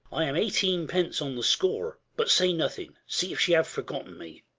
i am eighteen-pence on the score. but say nothing see if she have forgotten me.